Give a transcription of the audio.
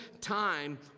time